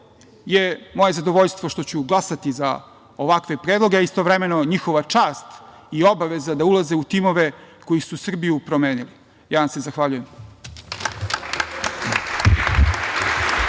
je moje zadovoljstvo što ću glasati za ovakve predloge, a istovremeno njihova čast i obaveza da ulaze u timove koji su Srbiju promenili. Ja vam se zahvaljujem.